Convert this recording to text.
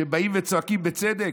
שבאים וצועקים בצדק?